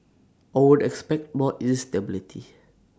I would expect more instability